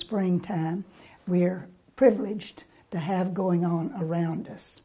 spring time we're privileged to have going on around us